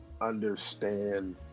understand